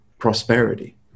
Prosperity